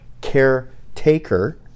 caretaker